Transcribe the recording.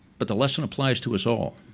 but the lesson applies to us all.